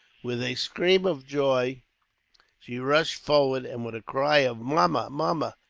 with a scream of joy she rushed forward, and with a cry of, mamma, mamma!